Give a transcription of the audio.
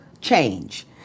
change